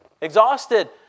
exhausted